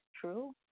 true